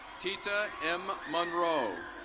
teta m. munrone.